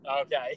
Okay